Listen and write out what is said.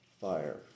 fire